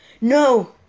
no